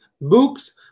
books